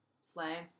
Slay